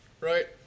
right